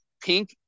pink